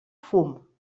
fum